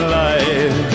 life